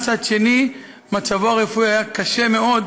ומצד שני מצבו הרפואי היה קשה מאוד,